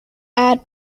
add